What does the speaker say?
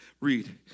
Read